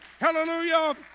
Hallelujah